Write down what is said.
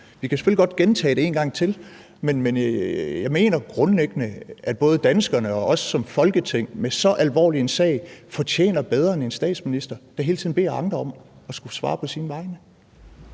godt gentage det en gang til, men jeg mener grundlæggende, at både danskerne og vi som Folketing med så alvorlig en sag fortjener bedre end en statsminister, der hele tiden beder andre om at skulle svare på sine vegne.